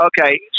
Okay